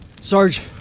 Sarge